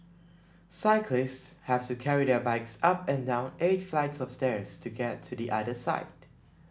cyclists have to carry their bikes up and down eight flights of stairs to get to the other side